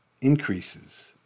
increases